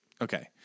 Okay